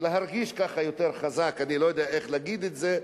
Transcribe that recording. ולהרגיש יותר חזק, אני לא יודע איך להגיד את זה,